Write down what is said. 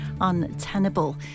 untenable